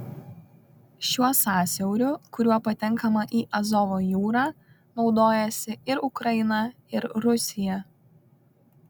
šiuo sąsiauriu kuriuo patenkama į azovo jūrą naudojasi ir ukraina ir rusija